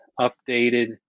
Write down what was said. updated